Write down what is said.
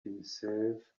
himself